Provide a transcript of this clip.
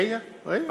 רגע, רגע.